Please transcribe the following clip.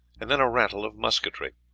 and then a rattle of musketry.